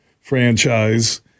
franchise